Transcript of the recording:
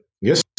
Yes